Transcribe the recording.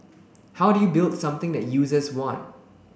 how do you build something that users want